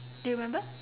do you remember